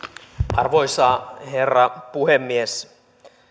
arvoisa herra puhemies